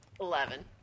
Eleven